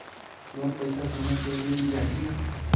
मोर पइसा समय पे मिल जाही न?